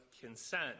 consent